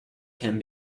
can